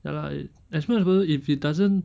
ya lah as long as if it doesn't